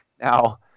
Now